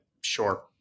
sure